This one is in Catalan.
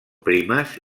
primes